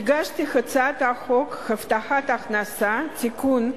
הגשתי הצעת חוק הבטחת הכנסה (תיקון,